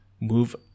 move